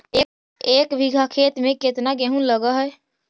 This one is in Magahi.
एक बिघा खेत में केतना गेहूं लग है?